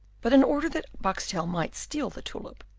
but in order that boxtel might steal the tulip,